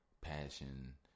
passion